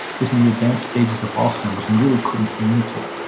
was in the advanced stages of alzheimer's and really couldn't communicate.